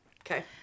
Okay